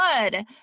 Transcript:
good